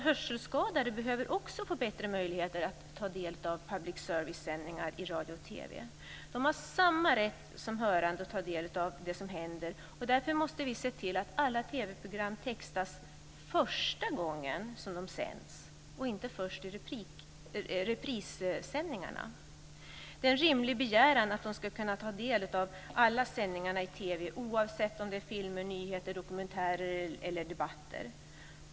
Hörselskadade behöver också få bättre möjligheter att ta del av public servicesändningar i radio och TV. De har samma rätt som hörande att ta del av det som händer. Därför måste vi se till att alla TV-program textas första gången som de sänds och inte först i reprissändningarna. Det är en rimlig begäran att de ska kunna ta del av alla sändningar i TV, oavsett om det är filmer, nyheter, dokumentärer eller debatter.